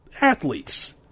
athletes